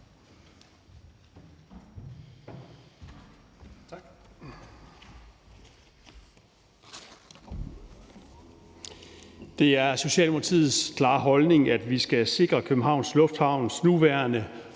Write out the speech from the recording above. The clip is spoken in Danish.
Det er Socialdemokratiets klare holdning, at vi skal sikre Københavns Lufthavns nuværende